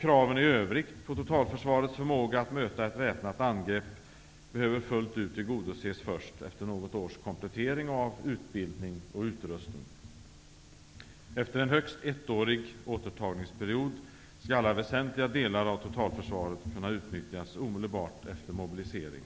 Kraven i övrigt på totalförsvarets förmåga att möta ett väpnat angrepp behöver fullt ut tillgodoses först efter något års komplettering av utrustning och utbildning. Efter en högst ettårig återtagningsperiod skall alla väsentliga delar av totalförsvaret kunna utnyttjas omedelbart efter mobilisering.